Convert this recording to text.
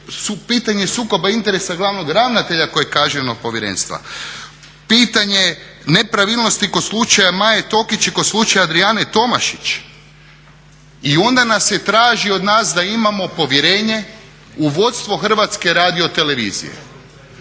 pitanje sukoba interesa glavnog ravnatelja koji je kažnjen od povjerenstva. Pitanje nepravilnosti kod slučaja Maje Tokić i kod slučaja Adrijane Tomašić. I onda se traži od nas da imamo povjerenje u vodstvo HRT-a. Nije